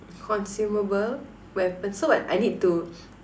consumable weapon so what I need to